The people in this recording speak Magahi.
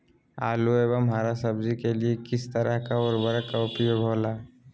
आलू एवं हरा सब्जी के लिए किस तरह का उर्वरक का उपयोग होला?